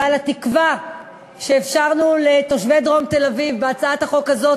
ועל התקווה שאפשרנו לתושבי דרום תל-אביב בהצעת החוק הזאת.